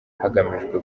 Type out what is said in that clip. hagamijwe